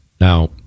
Now